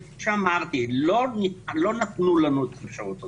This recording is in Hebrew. שביקשנו לא נתנו לנו את האפשרות הזאת,